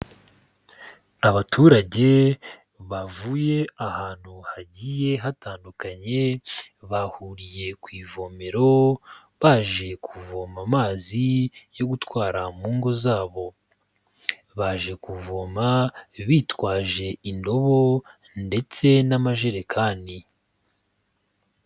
Abaturage bavuye ahantu hagiye hatandukanye, bahuriye ku ivomero baje kuvoma amazi yo gutwara mu ngo zabo. Baje kuvoma bitwaje indobo ndetse n'amajerekani.